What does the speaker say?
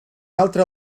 altre